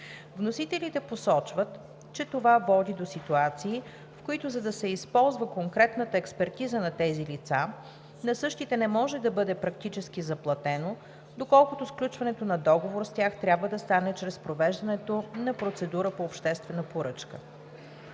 Вносителите посочват, че това води до ситуации, в които, за да се използва конкретната експертиза на тези лица, на същите не може да бъде практически заплатено, доколкото сключването на договор с тях трябва да стане чрез провеждането на процедура по обществена поръчка.